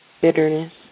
Bitterness